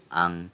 ang